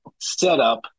setup